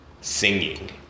singing